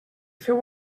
feu